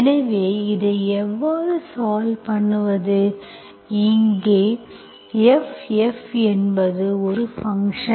எனவே இதை எவ்வாறு சால்வ் பண்ணுவது எங்கே f f என்பது ஒரு ஃபங்க்ஷன்